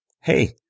Hey